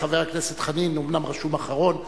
חבר הכנסת חנין אומנם רשום אחרון,